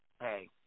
hey